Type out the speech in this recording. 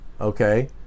Okay